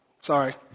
Sorry